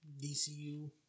DCU